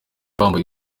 wambaye